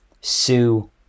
Sue